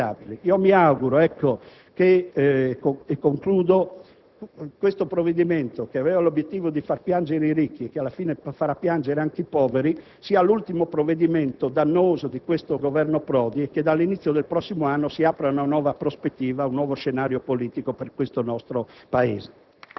State facendo dei capolavori formidabili. Mi auguro, e concludo, che questo provvedimento - che aveva l'obbiettivo di far piangere i ricchi e alla fine farà piangere anche i poveri - sia l'ultimo provvedimento dannoso del Governo Prodi e che dall'inizio del prossimo anno si aprano una nuova prospettiva e un nuovo